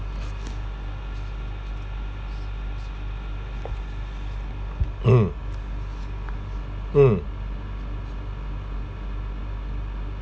mm mm